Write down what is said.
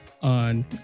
on